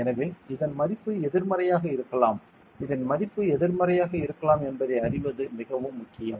எனவே இந்த மதிப்பு எதிர்மறையாக இருக்கலாம் இந்த மதிப்பு எதிர்மறையாக இருக்கலாம் என்பதை அறிவது மிகவும் முக்கியம்